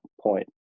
point